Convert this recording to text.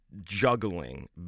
juggling